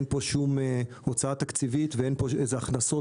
אין פה שום הוצאה תקציבית ואין פה איזה הכנסות